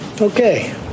Okay